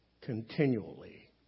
continually